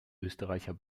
österreicher